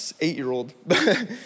eight-year-old